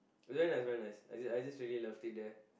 very nice very nice I just I just really loved it there